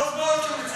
טוב מאוד.